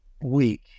Week